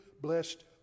blessed